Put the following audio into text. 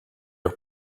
got